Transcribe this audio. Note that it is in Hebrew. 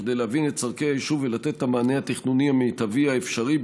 כדי להבין את צורכי היישוב ולתת את המענה התכנוני המיטבי האפשרי,